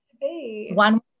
One